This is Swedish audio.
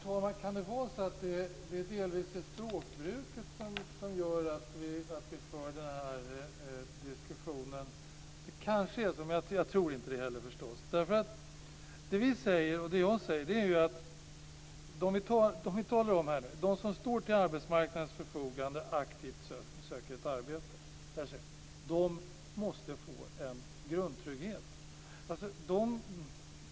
Herr talman! Kan det vara så att det delvis är språkbruket som gör att vi för den här diskussionen? Det kanske är så, men jag tror förstås inte det. Det vi säger, och det jag säger, är ju att dem som vi talar om här, de som står till arbetsmarknadens förfogande och aktivt söker ett arbete, måste få en grundtrygghet.